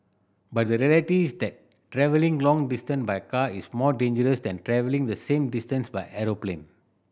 but the reality is that travelling long distance by car is more dangerous than travelling the same distance by aeroplane